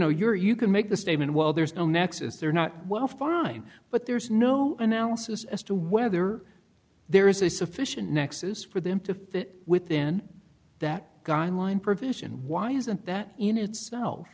know you're you can make the statement well there's no nexus they're not well fine but there's no analysis as to whether there is a sufficient nexus for them to fit within that guideline provision why isn't that in itself